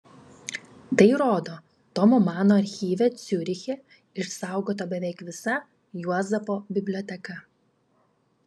tai rodo tomo mano archyve ciuriche išsaugota beveik visa juozapo biblioteka